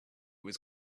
was